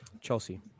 Chelsea